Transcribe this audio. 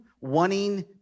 wanting